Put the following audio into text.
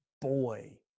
boy